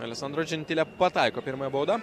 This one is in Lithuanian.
alesandro džentile pataiko pirmąją baudą